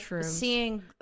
seeing